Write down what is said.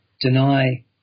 deny